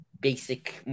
basic